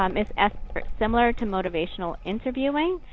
um is ah sbirt similar to motivational interviewing?